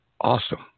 awesome